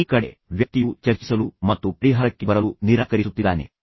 ಈ ಕಡೆ ವ್ಯಕ್ತಿಯು ಚರ್ಚಿಸಲು ಮತ್ತು ಪರಿಹಾರಕ್ಕೆ ಬರಲು ನಿರಾಕರಿಸುತ್ತಿದ್ದಾನೆ